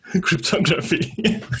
cryptography